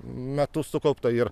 metu sukauptą ir